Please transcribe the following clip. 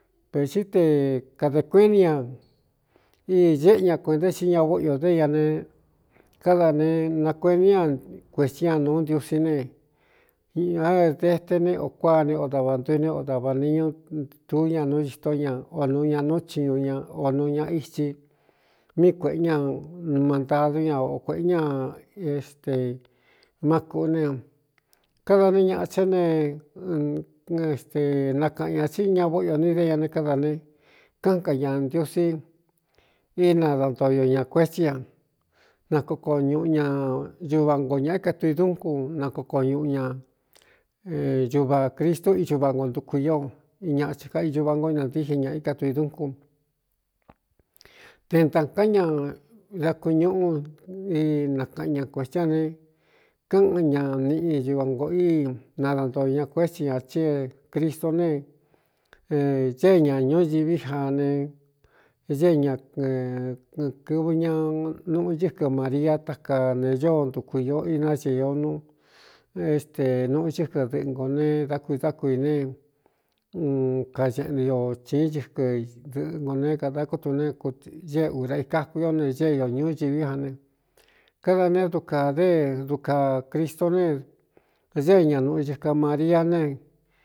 Vē tí te kadē kueꞌen ni ña íi ñéꞌe ña kuēnta xi ña vóꞌoi ō dé ia ne káda ne nakueꞌenó ña kuēsí a nuu ntiusí ne dete ne ō kuáne o da va ntoi ne o dava niñútu ña nu itó ña o nūu ña nú chiñu ña o nūu ña itsi míi kuēꞌé ña n mantadu ña o kuēꞌe ña éste má kūꞌú ne káda ne ñaꞌa tá neeste nakaꞌan ñā tsí ña vóꞌo o ni dé ña ne káda ne káꞌán ka ña ndiusí ínadantoo ño ña cuetia na koko ñuꞌu ña ñuva ngoo ñāꞌ íkatui dúnkun na kooko ñuꞌu ña ñuvā cristu icuva ngontuku io i ñāꞌa tin ka icuva ngo inantíxin ña íkatui dúnkun te ntākán ña daku ñuꞌu i nakaꞌan ña kuētíán ne káꞌan ña niꞌi ñuva ngōꞌo í nadantoo o ña kuéti ña tí é cristó ne ñée ña ñūñiví jaa ne ñée ñakɨv ña nuꞌu ñɨ́kɨ maria taka ne ñóo ntuku īo inañee o n éstē nuꞌu cɨ́kɨ dɨꞌɨngo ne dá kuidá kuī ne un kañeꞌnɨ o chīín ñɨkɨ dɨꞌɨngō ne kādākútu ne ñée ūra ikaku io ne ñée io ñúñiví ja ne káda né dukā dé dukā cristó ne ñée ña nuꞌu cɨkɨ maria ne.